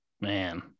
Man